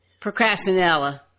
Procrastinella